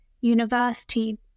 university